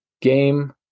game